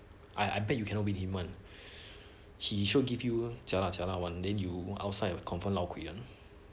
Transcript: I I bet you cannot win him one he sure give you jialat jialat one then you outside your confirm lao gui